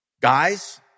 Guys